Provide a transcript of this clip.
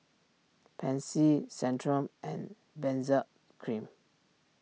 Pansy Centrum and Benzac Cream